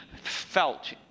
felt